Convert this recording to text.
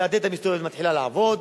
והדלת המסתובבת מתחילה לעבוד.